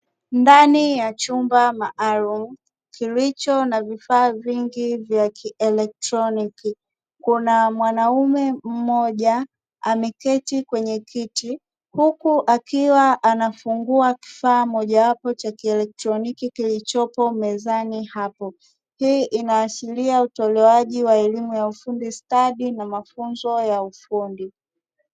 Ndani ya chumba maalumu kilicho na vifaa vingi vya kielektroniki, kuna mwanaume mmoja ameketi kwenye kiti huku akiwa anafungua kifaa mojawapo cha kielektroniki kilichopo mezani hapo. Hii inaashiria utolewaji wa elimu ya ufundi stadi na mafunzo ya ufundi.